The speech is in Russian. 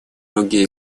роге